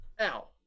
Ow